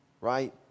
right